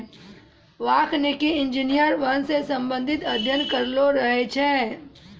वानिकी इंजीनियर वन से संबंधित अध्ययन करलो रहै छै